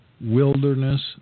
Wilderness